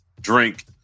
Drink